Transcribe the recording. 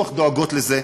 חברות הביטוח דואגות לזה.